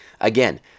Again